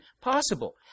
possible